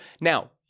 Now